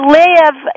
live